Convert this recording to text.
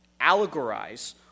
allegorize